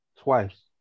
twice